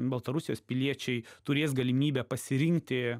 baltarusijos piliečiai turės galimybę pasirinkti